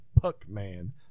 Puck-Man